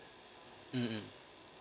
mm